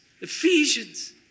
Ephesians